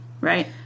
right